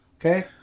Okay